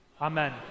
amen